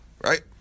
Right